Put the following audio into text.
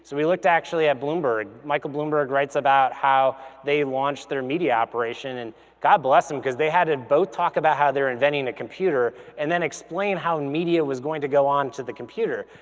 so we looked actually at bloomberg. michael bloomberg writes about how they launched their media operation. and god bless them cause they had to both talk about how they're inventing a computer and then explain how and media was going to go on to the computer.